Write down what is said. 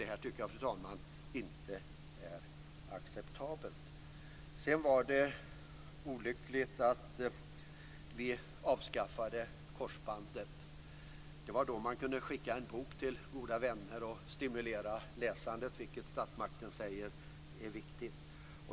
Det här är inte acceptabelt, fru talman. Sedan var det olyckligt att korsbandet avskaffades. När det fanns kunde man skicka en bok till goda vänner och stimulera läsandet, vilket statsmakten säger är viktigt.